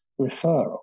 referral